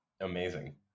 amazing